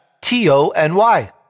T-O-N-Y